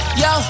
yo